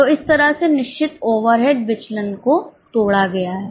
तो इस तरह से निश्चित ओवरहेड विचलन को तोड़ा गया है